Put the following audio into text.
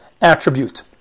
attribute